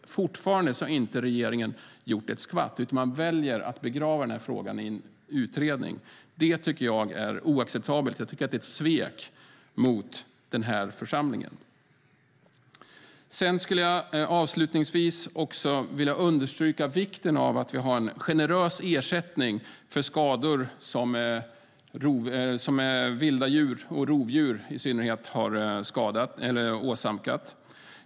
Fortfarande har regeringen inte gjort ett skvatt, utan man väljer att begrava frågan i en utredning. Det tycker jag är oacceptabelt och ett svek mot den här församlingen. Avslutningsvis vill jag understryka vikten av att vi har en generös ersättning för skador som vilda djur och i synnerhet rovdjur åsamkat.